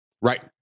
Right